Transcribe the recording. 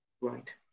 right